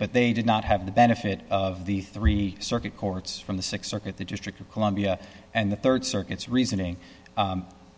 but they did not have the benefit of the three circuit courts from the th circuit the district of columbia and the rd circuit's reasoning